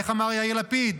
איך אמר יאיר לפיד: